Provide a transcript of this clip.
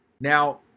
Now